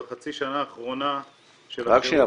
בחצי השנה האחרונה --- רק שנייה,